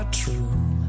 true